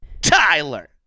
Tyler